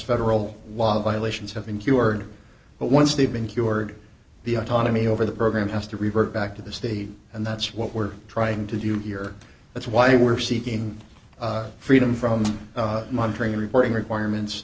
federal law violations have been cured but once they've been cured the autonomy over the program has to revert back to the state and that's what we're trying to do here that's why we're seeking freedom from montreal reporting requirements